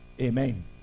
Amen